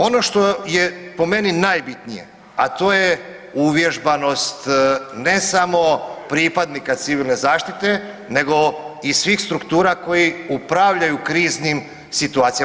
Ono što je po meni najbitnije, a to je uvježbanost ne samo pripadnika civilne zaštite nego i svih struktura koje upravljaju kriznim situacijama.